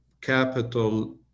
capital